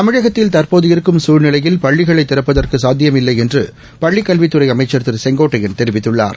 தமிழகத்தில் தற்போது இருக்கும் குழ்நிலையில் பள்ளிகளை திறப்பதற்கு சாத்தியமில்லை என்று பள்ளிக் கல்வித்துறை அமைச்சர் திரு செங்கோட்டையன் தெரிவித்துள்ளார்